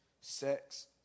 sex